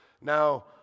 now